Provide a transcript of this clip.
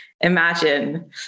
imagine